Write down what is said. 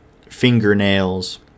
fingernails